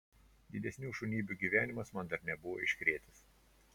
didesnių šunybių gyvenimas man dar nebuvo iškrėtęs